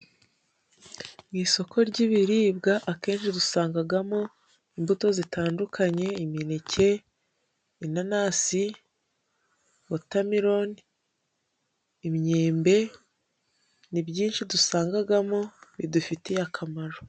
Mu isoko ry'ibiribwa, akenshi dusangagamo imbuto zitandukanye: imineke, inanasi ,wotameloni, imyembe. Ni byinshi dusangagamo bidufitiye akamaro.